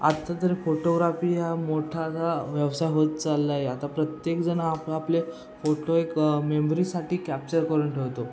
आत्ता तरी फोटोग्राफी हा मोठा जा व्यवसाय होत चाललाय आता प्रत्येक जणं आपआपले फोटो एक मेमोरीसाठी कॅप्चर करून ठेवतो